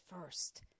first